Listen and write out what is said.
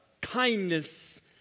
kindness